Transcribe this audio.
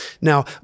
Now